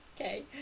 Okay